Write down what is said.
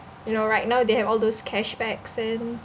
you know right now they have all those cashbacks and